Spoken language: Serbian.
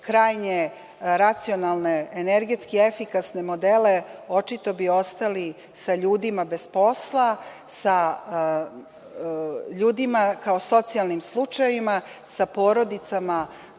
krajnje racionalne energetski efikasne modele, očito bi ostali sa ljudima bez posla, sa ljudima kao socijalnim slučajevima, sa porodicama